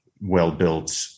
well-built